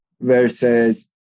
versus